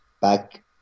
back